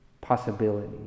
possibility